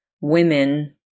women